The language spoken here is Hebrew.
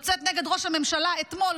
יוצאת נגד ראש הממשלה אתמול,